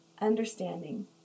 understanding